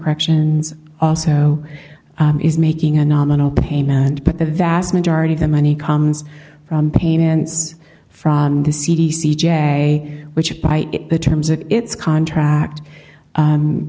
corrections also is making a nominal payment but the vast majority of the money comes from pain ends from the c d c jag which by the terms of its contract